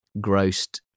grossed